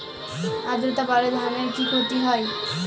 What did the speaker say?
আদ্রর্তা বাড়লে ধানের কি ক্ষতি হয়?